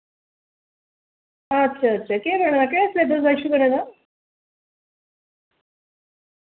अच्छा अच्छा केह् बने दा केह् सलेबस दा इशू बने दा